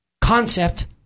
concept